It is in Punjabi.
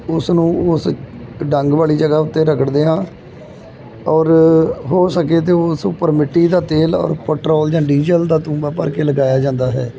ਉਸ ਨੂੰ ਉਸ ਡੰਗ ਵਾਲੀ ਜਗ੍ਹਾ ਉੱਤੇ ਰਕੜਦੇ ਹਾਂ ਔਰ ਹੋ ਸਕੇ ਤਾਂ ਉਸ ਉੱਪਰ ਮਿੱਟੀ ਦਾ ਤੇਲ ਔਰ ਪੈਟਰੋਲ ਜਾਂ ਡੀਜ਼ਲ ਦਾ ਤੂੰਬਾਂ ਭਰ ਕੇ ਲਗਾਇਆ ਜਾਂਦਾ ਹੈ